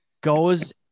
goes –